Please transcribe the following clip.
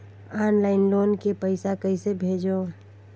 Online loan के पईसा कइसे भेजों?